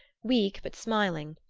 weak but smiling,